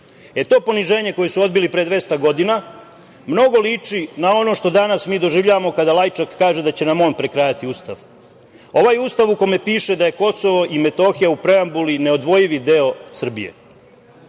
To poniženje koje su odbili pre 200 godina mnogo liči na ono što danas mi doživljavamo kada Lajčak kaže da će nam on prekrajati Ustav, ovaj Ustav u kome piše da je Kosovo i Metohija u preambuli neodvojivi deo Srbije. Mi